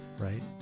Right